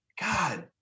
god